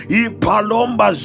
ipalomba